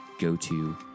go-to